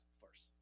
first